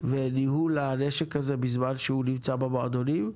וניהול הנשק הזה בזמן שהוא נמצא במועדונים,